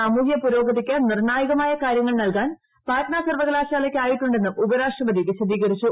സാമൂഹൃ പുരോഗതിയ്ക്ക് നിർണ്ണായകമായ കാരൃങ്ങൾ നൽകാൻ പാറ്റ്ന സർവ്വകലാശാലയ്ക്ക് ആയിട്ടുണ്ടെന്നും ഉപരാഷ്ട്രപതി വിശദീകരിച്ചു